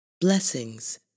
Blessings